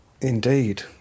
indeed